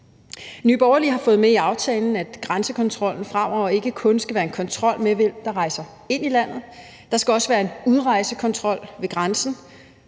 Nye Borgerlige har fået med i aftalen, at grænsekontrollen fremover ikke kun skal være en kontrol med, hvem der rejser ind i landet; der skal også være en udrejsekontrol ved grænsen.